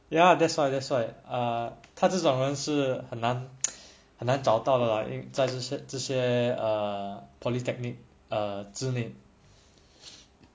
ya that's why that's why err 他这种人是很难很难找到了啦在这些这些 err polytechnic err 之内